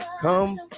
Come